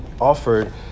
offered